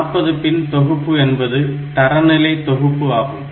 40 பின் தொகுப்பு என்பது தரநிலை தொகுப்பு ஆகும்